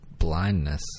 blindness